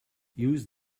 use